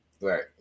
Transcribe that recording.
Right